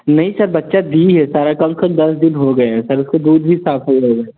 नहीं सर बच्चा दी है सर काम से काम दस दिन हो गए है सर उसका दूध भी साफ़ गो गया